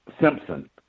Simpson